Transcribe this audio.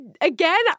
again